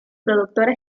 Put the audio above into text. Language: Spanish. productora